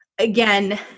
Again